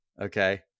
okay